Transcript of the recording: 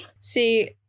see